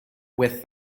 with